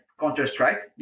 Counter-Strike